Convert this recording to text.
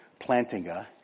Plantinga